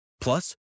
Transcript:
Plus